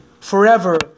forever